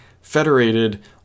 federated